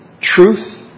truth